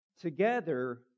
together